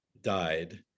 died